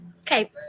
Okay